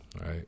right